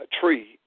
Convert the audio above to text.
tree